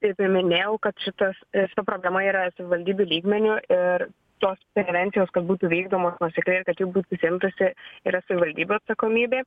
kaip ir minėjau kad šitas šita programa yra savivaldybių lygmeniu ir tos prevencijos kad būtų vykdomos nuosekliai ir kad jų būtų imtasi yra savivaldybių atsakomybė